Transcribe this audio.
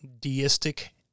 Deistic